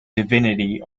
divinity